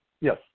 Yes